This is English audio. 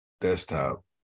desktop